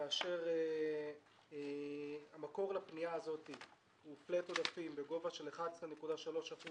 כאשר המקור לפנייה הזאת flat עודפים בגובה של 11.3%